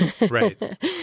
Right